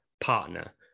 partner